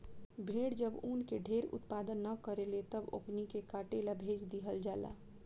भेड़ जब ऊन के ढेर उत्पादन न करेले तब ओकनी के काटे ला भेज दीहल जाला